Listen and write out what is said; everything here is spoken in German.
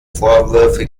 vorwürfe